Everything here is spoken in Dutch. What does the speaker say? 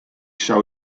zou